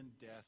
death